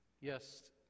yes